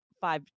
five